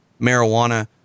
marijuana